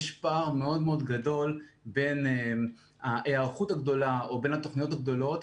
יש פער מאוד מאוד גדול בין היערכות הגדולה או בין התוכניות הגדולות.